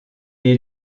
est